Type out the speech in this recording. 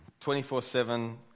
24-7